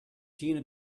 jena